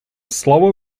slower